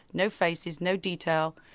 no faces, no detail,